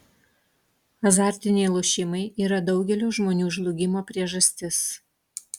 azartiniai lošimai yra daugelio žmonių žlugimo priežastis